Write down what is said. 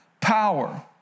power